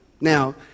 Now